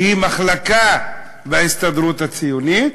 שהיא מחלקה בהסתדרות הציונית,